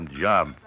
job